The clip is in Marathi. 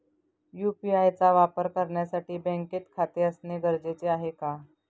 यु.पी.आय चा वापर करण्यासाठी बँकेत खाते असणे गरजेचे आहे का?